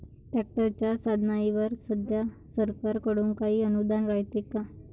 ट्रॅक्टरच्या साधनाईवर सध्या सरकार कडून काही अनुदान रायते का?